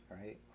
right